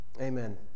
Amen